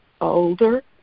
older